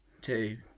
two